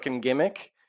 gimmick